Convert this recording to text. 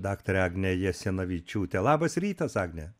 daktare agne jasinavičiūte labas rytas agne